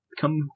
come